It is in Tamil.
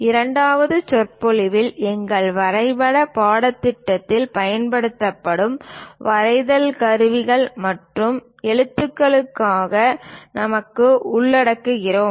இரண்டாவது சொற்பொழிவில் எங்கள் வரைபட பாடத்திட்டத்தில் பயன்படுத்தப்படும் வரைதல் கருவிகள் மற்றும் எழுத்துக்களை நாங்கள் உள்ளடக்குகிறோம்